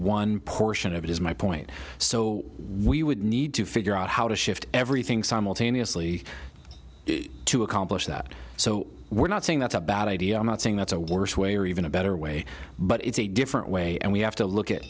one portion of it is my point so we would need to figure out how to shift everything simultaneously to accomplish that so we're not saying that's a bad idea i'm not saying that's a worst way or even a better way but it's a different way and we have to look at